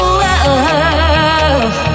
love